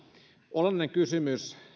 olennainen kysymys